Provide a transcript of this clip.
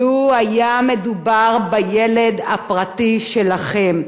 לו היה מדובר בילד הפרטי שלכם,